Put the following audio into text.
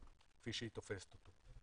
כפי שהיא תופסת אותו.